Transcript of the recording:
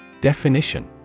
Definition